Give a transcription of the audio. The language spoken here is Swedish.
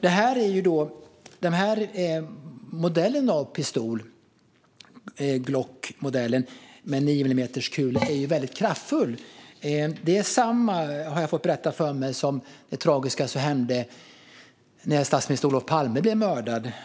Den här pistolmodellen, Glock med nio millimeters kula, är väldigt kraftfull - lika kraftfull, har jag fått berättat för mig, som vid det tragiska som hände när statsminister Olof Palme blev mördad.